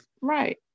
Right